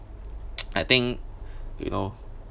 I think you know